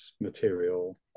material